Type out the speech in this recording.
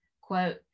Quote